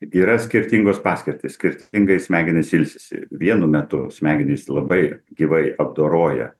yra skirtingos paskirtys skirtingai smegenys ilsisi vienu metu smegenys labai gyvai apdoroja